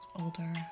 older